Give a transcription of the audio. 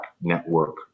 network